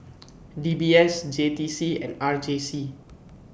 D B S J T C and R J C